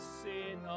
sin